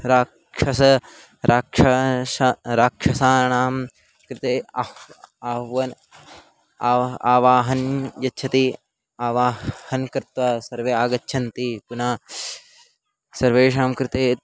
राक्षसः राक्षसः राक्षसाणां कृते अह् आह्वानं आवह आवाहनं यच्छति आवाहनं कृत्वा सर्वे आगच्छन्ति पुनः सर्वेषां कृते यत्